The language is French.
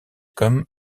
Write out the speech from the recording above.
comme